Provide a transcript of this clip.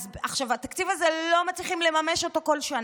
עכשיו, התקציב הזה, לא מצליחים לממש אותו כל שנה.